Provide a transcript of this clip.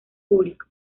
público